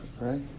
right